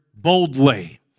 boldly